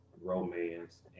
romance